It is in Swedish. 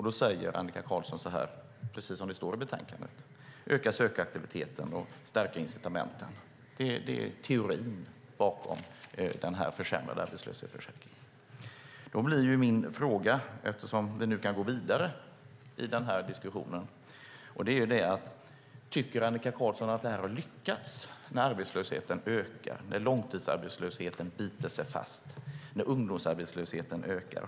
Då säger Annika Qarlsson så här, precis som det står i betänkandet: öka sökaktiviteten och stärka incitamenten. Det är teorin bakom den försämrade arbetslöshetsförsäkringen. Då blir min fråga, eftersom vi nu kan gå vidare i den här diskussionen: Tycker Annika Qarlsson att det här har lyckats när arbetslösheten ökar, när långtidsarbetslösheten biter sig fast, när ungdomsarbetslösheten ökar?